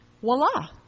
voila